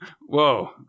Whoa